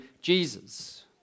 Jesus